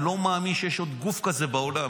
אני לא מאמין שיש עוד גוף כזה בעולם.